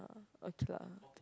okay lah